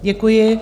Děkuji.